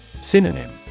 Synonym